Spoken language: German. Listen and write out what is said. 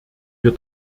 wir